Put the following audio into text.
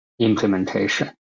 implementation